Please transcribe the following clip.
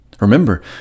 Remember